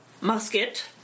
Musket